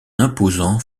imposant